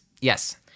Yes